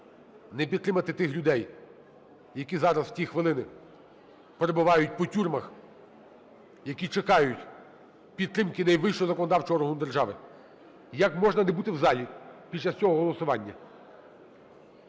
не підтримати тих людей, які зараз в ці хвилини перебувають по тюрмах, які чекають підтримки найвищого законодавчого органу держави? Як можна не бути в залі під час цього голосування?